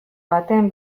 baten